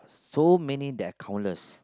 so many they are countless